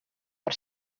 per